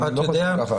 ככה.